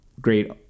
great